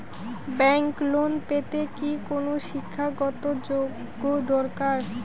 Bank loan পেতে কি কোনো শিক্ষা গত যোগ্য দরকার?